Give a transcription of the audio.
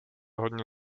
hodně